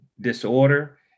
disorder